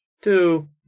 Two